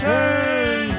Turn